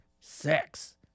sex